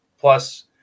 Plus